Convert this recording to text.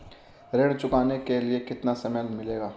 ऋण चुकाने के लिए कितना समय मिलेगा?